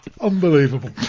Unbelievable